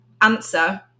answer